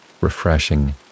refreshing